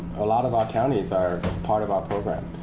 a lot of our counties are part of our program.